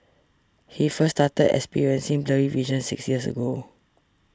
he first started experiencing blurry vision six years ago